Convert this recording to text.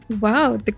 wow